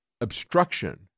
obstruction